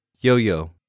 Yo-yo